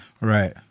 Right